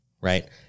right